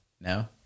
No